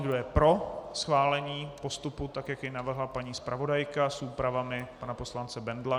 Kdo je pro schválení postupu, jak jej navrhla paní zpravodajka s úpravami pana poslance Bendla?